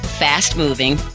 fast-moving